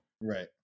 Right